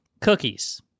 cookies